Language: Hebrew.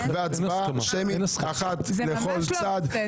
והצבעה שמית אחת לכל צד.